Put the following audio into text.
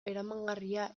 eramangarria